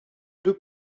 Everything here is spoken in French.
deux